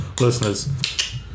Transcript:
listeners